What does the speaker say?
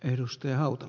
edustaja auto